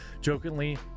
jokingly